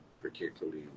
particularly